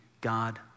God